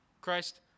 Christ